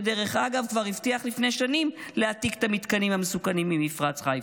שדרך אגב כבר הבטיח לפני שנים להעתיק את המתקנים המסוכנים ממפרץ חיפה.